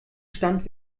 stand